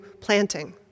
planting